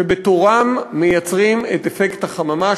שבתורם מייצרים את אפקט החממה,